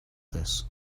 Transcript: this